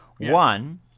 One